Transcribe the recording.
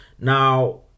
now